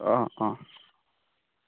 অঁ অঁ